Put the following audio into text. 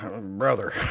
brother